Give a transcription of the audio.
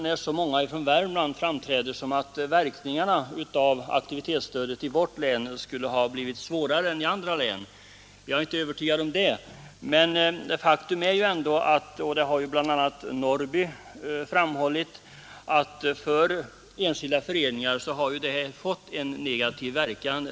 När så många från Värmland framträder, kan det tyckas som om verkningarna av aktivitetsstödet i vårt län skulle ha blivit svårare än i andra län. Jag är inte övertygad om det, men faktum är ändå — det har bl.a. herr Norrby i Gunnarskog framhållit — att för enskilda föreningar har stödets konstruktion fått en negativ verkan.